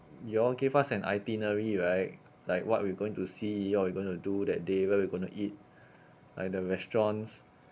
you all gave us an itinerary right like what we're going to see what we're going to do that day what we gonna eat like the restaurants